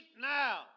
now